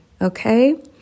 Okay